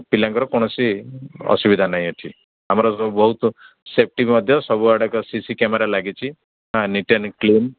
ପିଲାଙ୍କର କୌଣସି ଅସୁବିଧା ନାହିଁ ଅଛି ଆମର ବହୁତ ସେଫ୍ଟି ମଧ୍ୟ ସବୁଆଡ଼େ ସି ସି କ୍ୟାମେରା ଲାଗିଛି ହଁ ନିଟ୍ ଆଣ୍ଡ କ୍ଲିନ୍